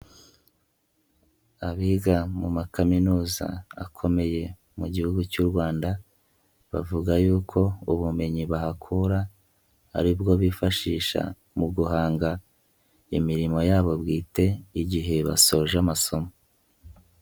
Abiga mu makaminuza akomeye mu Gihugu cy'u Rwanda bavuga yuko ubumenyi bahakura ari bwo bifashisha mu guhanga imirimo yabo bwite igihe basoje amasomo.